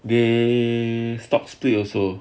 they stocks split also